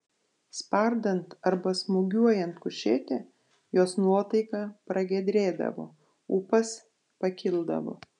spardant arba smūgiuojant kušetę jos nuotaika pragiedrėdavo ūpas pakildavo